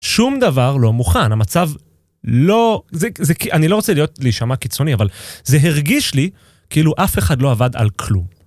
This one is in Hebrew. שום דבר לא מוכן, המצב לא... אני לא רוצה להיות להישמע קיצוני, אבל זה הרגיש לי כאילו אף אחד לא עבד על כלום.